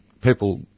people